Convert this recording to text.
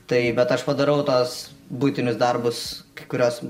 tai bet aš padarau tuos buitinius darbus kai kuriuos